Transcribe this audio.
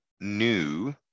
new